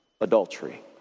adultery